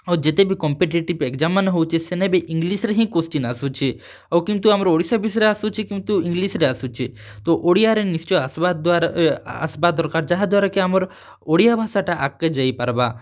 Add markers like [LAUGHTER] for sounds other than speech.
ଆଉ ଯେତେ ବି କମ୍ପିଟେଟିବ୍ ଏକ୍ସାମ୍ ମାନେ ହେଉଛେ ସେନେ ବି ଇଂଗ୍ଲୀଶ୍ ରେ ହିଁ କ୍ୱସ୍ଚିନ୍ ଆସୁଛେ ଆଉ କିନ୍ତୁ ଆମର୍ ଓଡ଼ିଶା ବିଷୟରେ ଆସୁଛେ କିନ୍ତୁ ଇଂଗ୍ଲୀଶ୍ ରେ ଆସୁଛେ ତ ଓଡ଼ିଆରେ ନିଶ୍ଚୟ ଆସ୍ବା ଦ୍ୱାରା [UNINTELLIGIBLE] ଆସ୍ବା ଦରକାର୍ ଯାହାଦ୍ୱାରା କି ଆମର୍ ଓଡ଼ିଆ ଭାଷା'ଟା ଆଗ୍କେ ଯାଇପାର୍ବା